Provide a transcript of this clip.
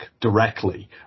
directly